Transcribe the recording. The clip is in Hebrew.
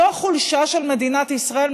לא החולשה של מדינת ישראל,